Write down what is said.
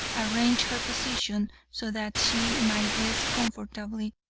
arrange her position so that she might rest comfortably,